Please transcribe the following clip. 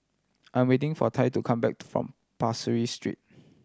I am waiting for Tal to come back from Pasir Ris Street